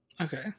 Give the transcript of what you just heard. Okay